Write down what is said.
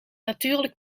natuurlijk